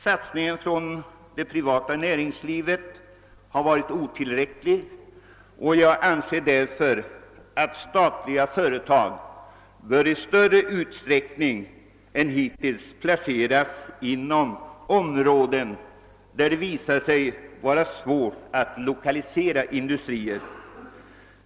Satsningen från det privata näringslivet har varit otillräcklig, och jag anser därför att statliga företag i större utsträckning än hittills bör placeras inom områden där det visar sig vara svårt att lokalisera industrier.